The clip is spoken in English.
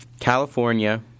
California